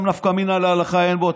גם נפקא מינה להלכה אין בו,